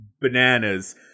bananas